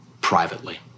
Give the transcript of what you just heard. privately